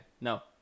no